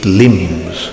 limbs